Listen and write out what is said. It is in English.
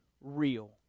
real